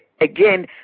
again